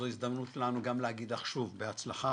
זו הזדמנות שלנו להגיד לך שוב בהצלחה,